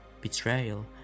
betrayal